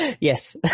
Yes